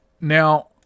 now